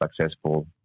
successful